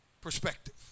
perspective